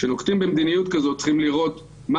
כשנוקטים במדיניות כזאת צריכים לראות מה